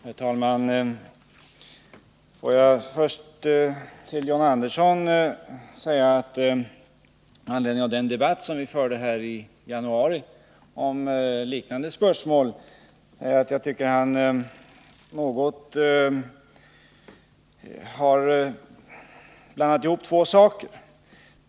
Herr talman! Får jag först till John Andersson säga, med anledning av den debatt som vi förde här i huset i januari om liknande spörsmål, att jag tycker att John Andersson har blandat ihop två saker.